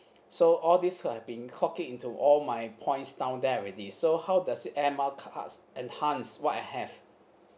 so all this have been clock it into all my points down there already so how does this air miles cards enhance what I have